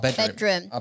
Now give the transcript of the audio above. bedroom